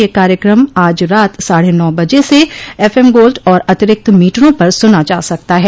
यह कार्यक्रम आज रात साढ़े नौ बजे से एफएम गोल्ड और अतिरिक्त मीटरों पर सुना जा सकता है